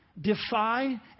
defy